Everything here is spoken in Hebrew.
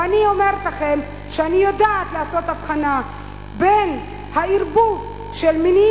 ואני אומרת לכם שאני יודעת לעשות הבחנה בין הערבוב של מניעים